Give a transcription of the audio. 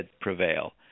prevail